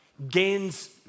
Gains